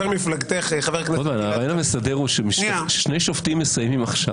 ששני שופטים מסיימים עכשיו.